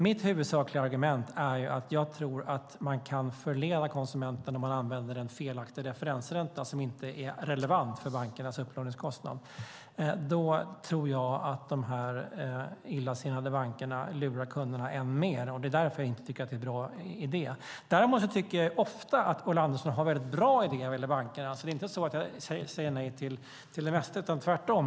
Mitt huvudsakliga argument är att jag tror att man kan förleda konsumenten om man använder en felaktig referensränta som inte är relevant för bankernas upplåningskostnad. Då tror jag att de illasinnade bankerna lurar kunderna än mer. Det är därför jag inte tycker att det är en bra idé. Däremot tycker jag ofta att Ulla Andersson har bra idéer vad gäller bankerna. Det är inte så att jag säger nej till det mesta. Tvärtom.